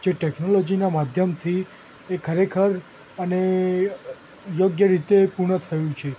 જે ટૅક્નોલોજીના માધ્યમથી એ ખરેખર અને યોગ્ય રીતે પૂર્ણ થયું છે